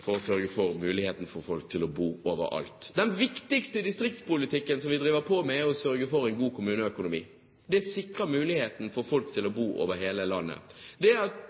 å sørge for mulighet for folk til å bo over alt. Den viktigste distriktspolitikken som vi driver med, er å sørge for en god kommuneøkonomi. Det sikrer muligheten for folk til å bo over hele landet. Den nest viktigste jobben vi gjør for å gjøre det